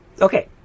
okay